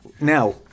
Now